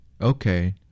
Okay